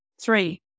Three